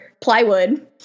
plywood